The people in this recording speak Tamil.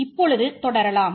இப்பொழுது தொடரலாம்